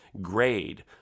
grade